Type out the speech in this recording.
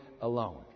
alone